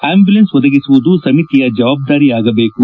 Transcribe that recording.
ambulance ಒದಗಿಸುವುದು ಸಮಿತಿ ಜವಾಬ್ದಾರಿ ಆಗಬೇಕು